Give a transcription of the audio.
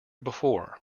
before